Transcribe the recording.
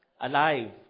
Alive